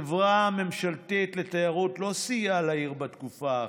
החברה הממשלתית לתיירות לא סייעה לעיר בתקופה האחרונה.